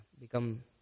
become